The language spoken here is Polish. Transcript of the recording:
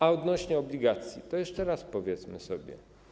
A odnośnie do obligacji to jeszcze raz powiedzmy to sobie.